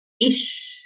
Ish